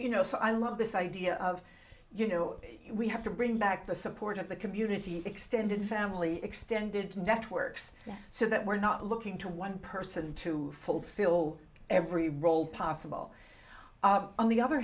you know so i love this idea of you know we have to bring back the support of the community extended family extended to networks so that we're not looking to one person to fulfill every role possible on the other